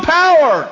power